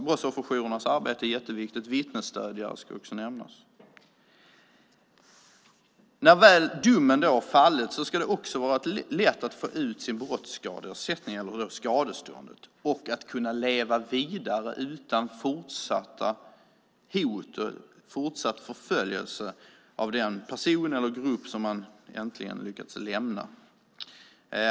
Brottsofferjourernas arbete är jätteviktigt, och vittnesstödjare ska nämnas. När väl domen har fallit ska det också vara lätt att få ut brottsskadeersättning eller skadestånd och att kunna leva vidare utan fortsatta hot och förföljelse från den person eller grupp som man äntligen lyckats lämna.